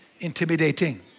intimidating